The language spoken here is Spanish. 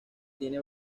tiene